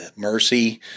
mercy